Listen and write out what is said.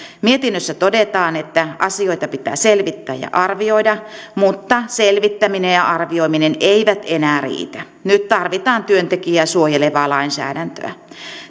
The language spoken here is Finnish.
mietinnössä todetaan että asioita pitää selvittää ja arvioida mutta selvittäminen ja arvioiminen eivät enää riitä nyt tarvitaan työntekijää suojelevaa lainsäädäntöä